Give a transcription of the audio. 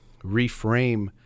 reframe